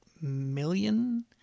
million